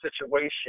situation